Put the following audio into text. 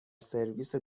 سرویس